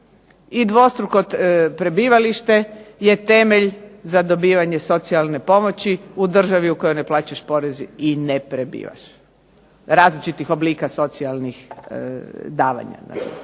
i dvostruko prebivalište je temelj za dobivanje socijalne pomoći u državi u kojoj ne plaćaš porez i ne prebivaš, različitih oblika socijalnih davanja.